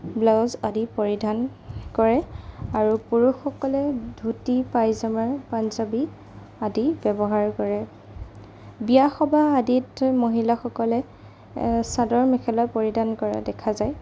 blouse আদি পৰিধান কৰে আৰু পুৰুষসকলে ধুতি পাইজামা পাঞ্জাবী আদি ব্যৱহাৰ কৰে বিয়া সবাহ আদিত মহিলাসকলে চাদৰ মেখেলা পৰিধান কৰা দেখা যায়